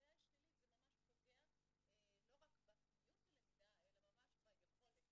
וכשהחוויה היא שלילית זה ממש פוגע לא רק בפניוּת ללמידה אלא ממש ביכולת